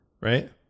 Right